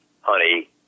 honey